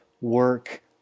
work